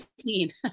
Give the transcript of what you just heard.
seen